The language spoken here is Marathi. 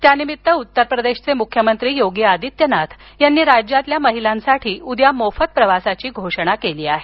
त्यानिमित्त उत्तर प्रदेशचे मुख्यमंत्री योगी आदित्यनाथ यांनी राज्यातील महिलांसाठी उद्या मोफत प्रवासाची घोषणा केली आहे